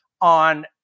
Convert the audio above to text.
on